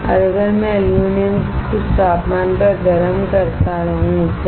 अगर मैं एल्युमीनियम को कुछ तापमान पर गरम करता रहूं सही